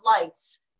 lights